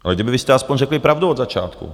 Ale kdybyste vy aspoň řekli pravdu od začátku.